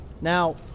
now